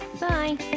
bye